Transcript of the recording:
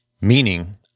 meaning